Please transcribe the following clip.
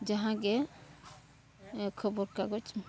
ᱡᱟᱦᱟᱸ ᱜᱮ ᱠᱷᱚᱵᱚᱨ ᱠᱟᱜᱚᱡᱽ